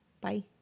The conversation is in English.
Bye